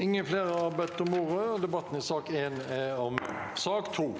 Votering i sak nr 2, debattert 6. februar 2024